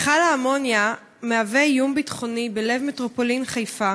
מכל האמוניה מהווה איום ביטחוני בלב מטרופולין חיפה